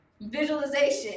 Visualization